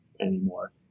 anymore